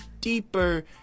deeper